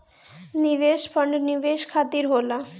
निवेश फंड निवेश खातिर होला